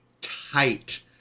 tight